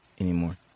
anymore